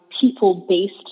people-based